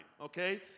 okay